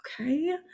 okay